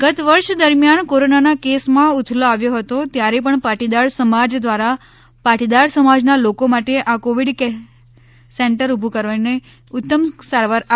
ગત વર્ષ દરમિયાન કોરોનાના કેસમાં ઉથલો આવ્યો હતો ત્યારે પણ પાટીદાર સમાજ દ્વારા પાટીદાર સમાજના લોકો માટે આં કોવીડ સેન્ટર ઉભું કરીને ઉતમ સારવાર આપવામાં આવી છે